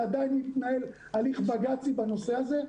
ועדיין מתנהל הליך בג"צי בנושא הזה.